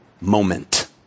moment